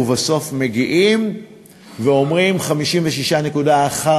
ובסוף מגיעים ואומרים: 56.1